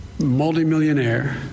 multimillionaire